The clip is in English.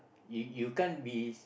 you you can't be